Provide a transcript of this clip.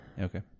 Okay